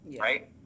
right